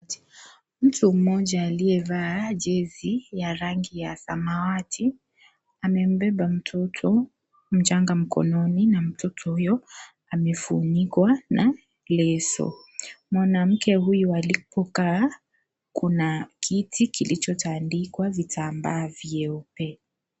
Mtu mmoja aliyevaa jezi ya rangi ya samawati amembeba mtoto mchanga mkononi na mtoto huyo amefunikwa na leso. Mwanamke huyu alipokaa kuna kiti kilichotaandikwa vitambaa vyeupe.